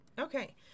Okay